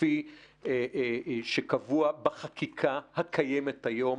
כפי שקבוע בחקיקה הקיימת היום